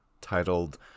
titled